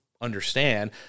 understand